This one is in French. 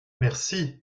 merci